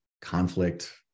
conflict